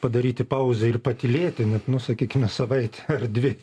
padaryti pauzę ir patylėti net nu sakykime savaitę ar dvi